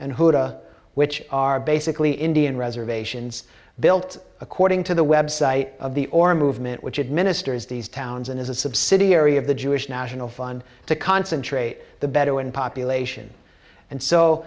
houda which are basically indian reservations built according to the website of the or movement which administers these towns and is a subsidiary of the jewish national fund to concentrate the bedouin population and so